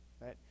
right